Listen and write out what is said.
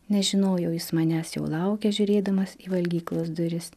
nes žinojau jis manęs jau laukia žiūrėdamas į valgyklos duris